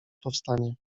powstanie